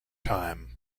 time